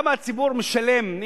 כמה הציבור משלם,